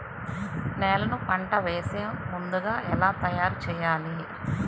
నేలను పంట వేసే ముందుగా ఎలా తయారుచేయాలి?